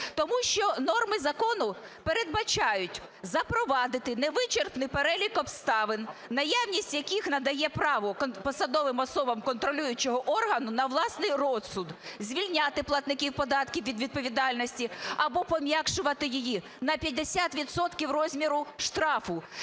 Тому що норми закону передбачають запровадити невичерпний перелік обставин, наявність яких надає право посадовим особам контролюючого органу на власний розсуд звільняти платників податків від відповідальності або пом'якшувати її на 50 відсотків розміру штрафу.